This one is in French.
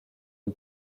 une